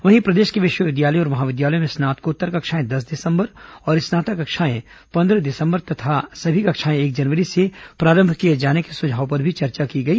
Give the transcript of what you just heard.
वहीं प्रदेश के विश्वविद्यालयों और महाविद्यालयों में स्नातकोत्तर कक्षाएं दस दिसंबर और स्नातक कक्षाएं पंद्रह दिसंबर तथा सभी कक्षाएं एक जनवरी से प्रारंभ किए जाने के सुझाव पर चर्चा की गई